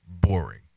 boring